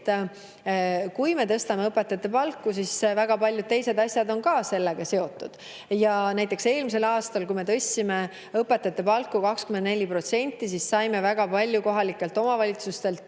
et kui me tõstame õpetajate palku, siis väga paljud teised asjad on sellega seotud. Näiteks, eelmisel aastal, kui me tõstsime õpetajate palku 24%, siis saime kohalikelt omavalitsustelt